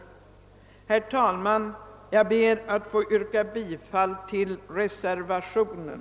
Herr talman! Jag ber att få yrka bifall till reservationen.